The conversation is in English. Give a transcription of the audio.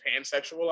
pansexual